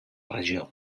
regió